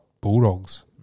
Bulldogs